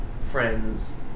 friends